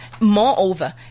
Moreover